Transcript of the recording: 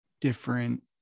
different